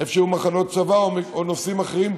איפה שהיו מחנות צבא או נושאים אחרים,